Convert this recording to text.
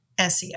SEO